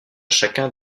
chacun